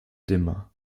dimmer